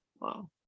Wow